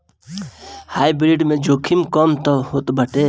hybrid में जोखिम कम होत बाटे